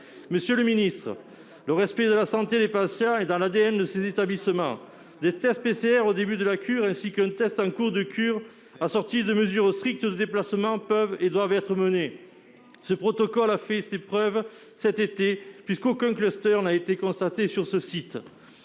Monsieur le ministre, le respect de la santé des patients est dans l'ADN de ces établissements. Des tests PCR au début de la cure, ainsi qu'en cours de cure, assortis de mesures strictes de déplacements, peuvent et doivent être mis en place. Ce protocole a fait ses preuves cet été, puisque aucun cluster n'a été constaté sur ces sites.